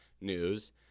news